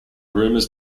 rumours